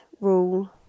rule